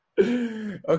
Okay